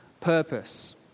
purpose